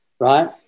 right